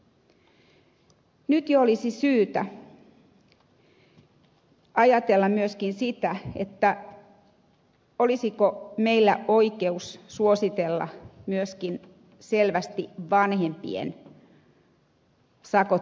nyt jo olisi syytä ajatella myöskin sitä olisiko meillä oikeus suositella myöskin selvästi vanhempien sakottamista